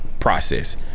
process